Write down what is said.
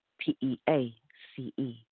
P-E-A-C-E